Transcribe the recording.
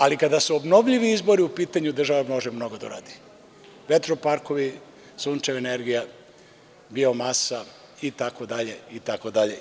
Ali, kada su obnovljivi izbori u pitanju, država može mnogo da radi – vetro parkovi, sunčeva energija, biomasa, itd, itd.